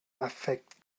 affekt